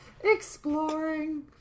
Exploring